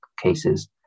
cases